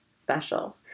special